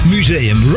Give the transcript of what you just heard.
Museum